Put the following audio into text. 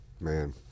Man